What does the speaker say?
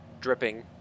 dripping